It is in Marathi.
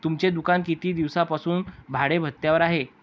तुमचे दुकान किती दिवसांपासून भाडेतत्त्वावर आहे?